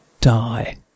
die